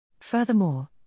Furthermore